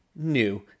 New